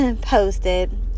posted